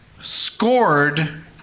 scored